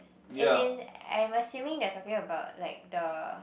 is it I'm assuming that talking about like the